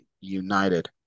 United